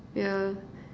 yeah